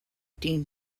dean